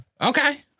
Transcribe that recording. Okay